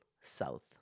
South